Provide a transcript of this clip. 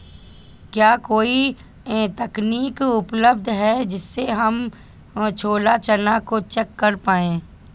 क्या कोई तकनीक उपलब्ध है जिससे हम छोला चना को चेक कर पाए?